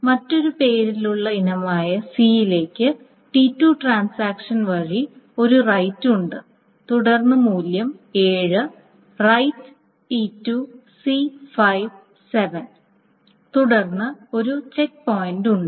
മറ്റൊരു പേരിലുള്ള ഇനമായ C ലേക്ക് T2 ട്രാൻസാക്ഷൻ വഴി ഒരു റൈററ് ഉണ്ട് തുടർന്ന് മൂല്യം 7 റൈററ് T2 C 5 7 തുടർന്ന് ഒരു ചെക്ക് പോയിന്റ് ഉണ്ട്